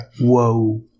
Whoa